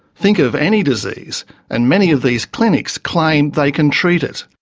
think of any disease and many of these clinics claim they can treat it.